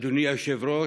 אדוני היושב-ראש,